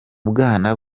bwana